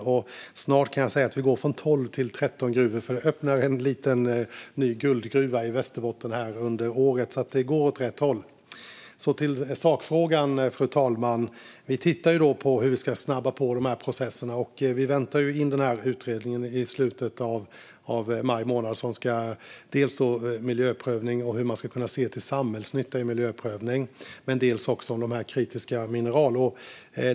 Jag kan säga att vi snart går från 12 till 13 gruvor eftersom det nu öppnar en liten ny guldgruva i Västerbotten under året. Det går åt rätt håll. Så till sakfrågan, fru talman. Vi tittar på hur vi ska snabba på processerna, och vi väntar in utredningen i slutet av maj månad. Det gäller att se till samhällsnyttan i miljöprövningen, och det handlar också om kritiska mineral.